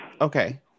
Okay